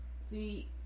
See